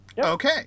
Okay